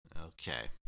Okay